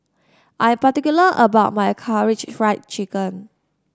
I'm particular about my Karaage Fried Chicken